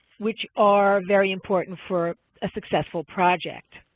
which are very important for a successful project.